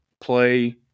play